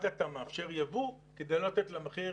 אז אתה מאפשר יבוא כדי לתת למחיר,